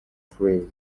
frieze